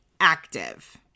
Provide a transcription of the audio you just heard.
active